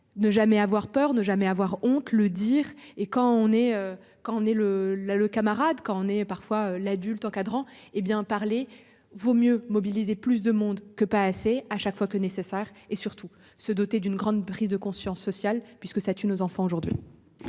ne jamais avoir peur ne jamais avoir honte le dire et quand on est quand on est le la le camarade quand on est parfois l'adultes encadrants hé bien parler vaut mieux mobiliser plus de monde que pas assez. À chaque fois que nécessaire et surtout se doter d'une grande prise de conscience sociale puisque ça tue nos enfants aujourd'hui.